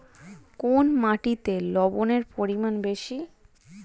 কোন মাটিতে লবণের পরিমাণ বেশি?